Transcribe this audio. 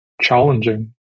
challenging